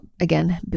again